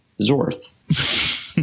Zorth